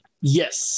yes